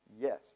yes